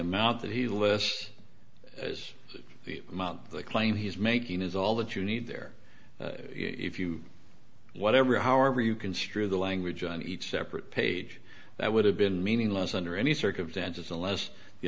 amount that he list as the claim he's making is all that you need there if you whatever however you construe the language on each separate page that would have been meaningless under any circumstances unless the